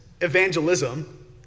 evangelism